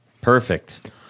perfect